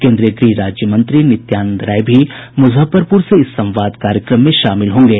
केंद्रीय गृह राज्य मंत्री नित्यानंद राय भी मुजफ्फरपुर से इस संवाद कार्यक्रम में शामिल होंगे